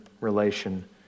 relation